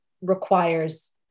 requires